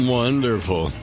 wonderful